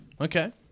Okay